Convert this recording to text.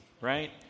right